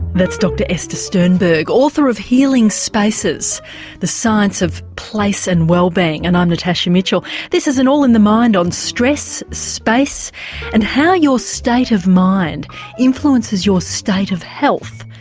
that's dr esther sternberg, author of healing spaces the science of place and wellbeing, and i'm natasha mitchell. this is an all in the mind on stress, space and how your state of mind influences your state of health.